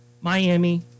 Miami